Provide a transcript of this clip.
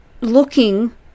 looking